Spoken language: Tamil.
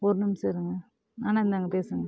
ஒரு நிமிஷம் இருங்க அண்ணா இந்தாங்க பேசுங்கள்